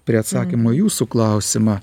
prie atsakymo į jūsų klausimą